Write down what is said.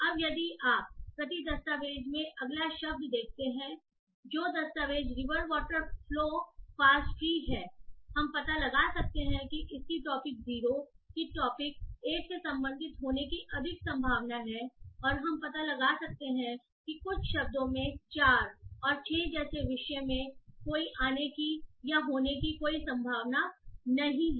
अब यदि आप प्रति दस्तावेज़ में अगला शब्द देखते हैं जो दस्तावेज़ river water flow fast tree है हम पता लगा सकते हैं कि इसकी टॉपिक 0 से संबंधित होने की संभावना टॉपिक एक से ज्यादा है और हम पता लगा सकते हैं कि कुछ शब्दों में 4 और 6 जैसे विषय में कोई आने की या होने की कोई संभावना नहीं है